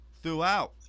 throughout